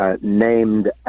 named